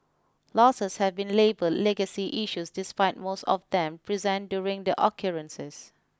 losses have been labelled 'legacy issues' despite most of them present during the occurrences